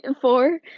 four